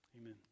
Amen